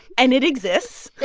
and it exists